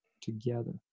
together